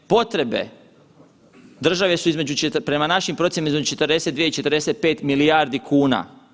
Potrebe države su između, prema našim procjenama između 42 i 45 milijardi kuna.